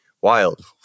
Wild